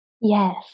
Yes